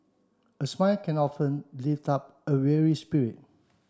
a smile can often lift up a weary spirit